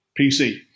PC